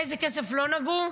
באיזה כסף לא נגעו?